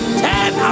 ten